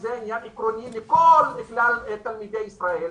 וזה עניין עקרוני לכלל תלמידי ישראל,